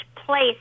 place